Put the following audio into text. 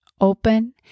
open